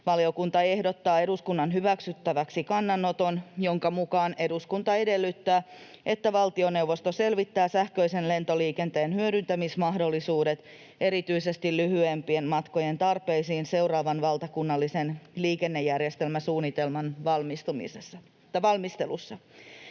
Valiokunta ehdottaa eduskunnan hyväksyttäväksi kannanoton, jonka mukaan eduskunta edellyttää, että valtioneuvosto selvittää sähköisen lentoliikenteen hyödyntämismahdollisuudet erityisesti lyhyempien matkojen tarpeisiin seuraavan valtakunnallisen liikennejärjestelmäsuunnitelman valmistelussa.